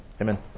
amen